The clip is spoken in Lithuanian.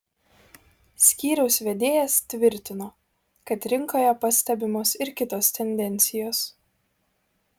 skyriaus vedėjas tvirtino kad rinkoje pastebimos ir kitos tendencijos